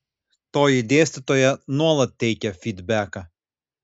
toji dėstytoja nuolat teikia fydbeką